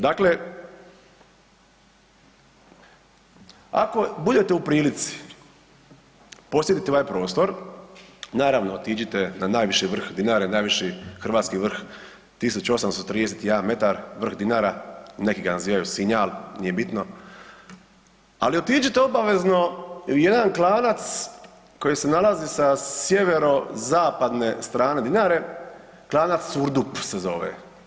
Dakle, ako budete u prilici posjetiti ovaj prostor, naravno otiđite na najviši vrh Dinare, najviši hrvatski vrh 1831 m, vrh Dinara, neki ga nazivaju Sinjal, nije bitno, ali otiđite obavezno u jedan klanac koji se nalazi sa sjevero-zapadne strane Dinare, klanac Surdup se zove.